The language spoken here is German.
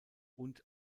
und